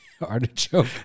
Artichoke